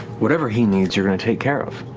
whatever he needs, you're going to take care of.